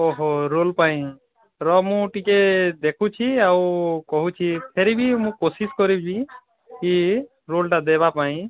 ଓହୋ ରୋଲ୍ ପାଇଁ ରହ ମୁଁ ଟିକେ ଦେଖୁଛି ଆଉ କହୁଛି ଫିର ବି ମୁଁ କୋସିସ କରିବି କି ରୋଲ୍ଟା ଦେବା ପାଇଁ